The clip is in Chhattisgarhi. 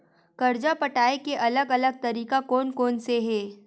कर्जा पटाये के अलग अलग तरीका कोन कोन से हे?